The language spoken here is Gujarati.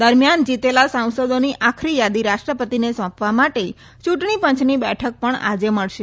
દરમિયાન જીતેલા સાંસદોની આખરી યાદી રાષ્ટ્રપતિને સોંપવા માટે ચૂંટણી પંચની બેઠક પણ આજે મળશે